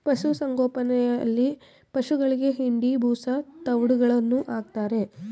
ಪಶುಸಂಗೋಪನೆಯಲ್ಲಿ ಪಶುಗಳಿಗೆ ಹಿಂಡಿ, ಬೂಸಾ, ತವ್ಡುಗಳನ್ನು ಹಾಕ್ತಾರೆ